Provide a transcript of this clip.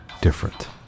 different